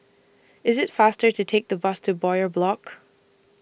IT IS faster to Take The Bus to Bowyer Block